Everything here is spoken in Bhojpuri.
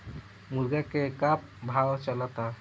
मुर्गा के का भाव चलता?